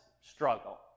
struggle